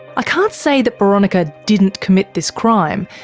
i can't say that boronika didn't commit this crime.